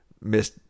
Miss